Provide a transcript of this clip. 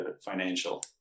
financial